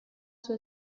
sua